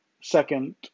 second